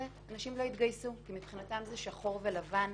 אנשים לא יתגייסו כי מבחינתם זה שחור ולבן.